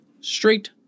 straight